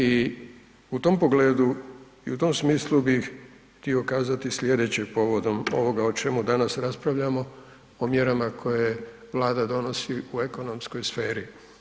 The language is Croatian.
I u tom pogledu i u tom smislu bi htio kazati sljedeće povodom ovoga o čemu danas raspravljamo, o mjerama koje Vlada donosi u ekonomskoj sferi.